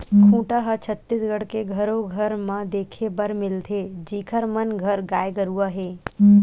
खूटा ह छत्तीसगढ़ के घरो घर म देखे बर मिलथे जिखर मन घर गाय गरुवा हे